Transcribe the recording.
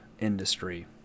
industry